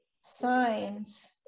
signs